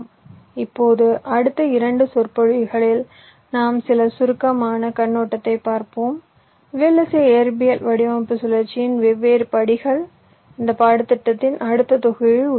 இப்போது அடுத்த இரண்டு சொற்பொழிவுகளில் நாம் சில சுருக்கமான கண்ணோட்டத்தைப் பார்ப்போம் VLSI இயற்பியல் வடிவமைப்பு சுழற்சியின் வெவ்வேறு படிகள் இந்த பாடத்திட்டத்தின் அடுத்த தொகுதிகளில் உள்ளடங்கும்